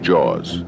Jaws